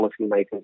policymakers